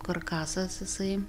karkasas jisai